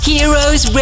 Heroes